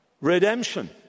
redemption